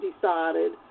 decided